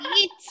eat